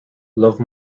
love